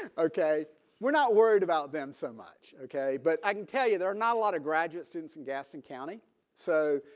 okay we're not worried about them so much. okay but i can tell you there are not a lot of graduate students in gaston county so